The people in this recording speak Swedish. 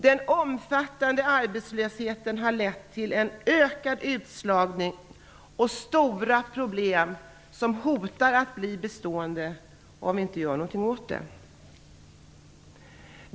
Den omfattande arbetslösheten har lett till en ökad utslagning och stora problem som hotar att bli bestående, om vi inte gör någonting åt dem.